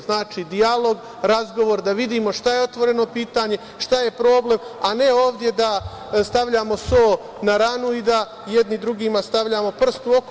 Znači, dijalog, razgovor, da vidimo šta je otvoreno pitanje, šta je problem, a ne ovde da stavljamo so na ranu i da jedni drugima stavljamo prst u oko.